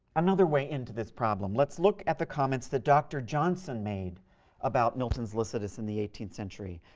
another way into this problem let's look at the comments that dr. johnson made about milton's lycidas in the eighteenth century.